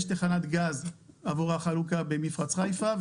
יש תחנת גז עבור החלוקה במפרץ חיפה,